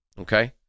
okay